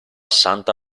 santa